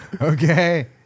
Okay